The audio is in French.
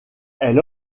elle